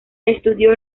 estudió